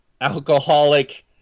alcoholic